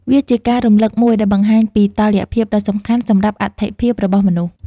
វាជាការរំលឹកមួយដែលបង្ហាញពីតុល្យភាពដ៏សំខាន់សម្រាប់អត្ថិភាពរបស់មនុស្ស។